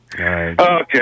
Okay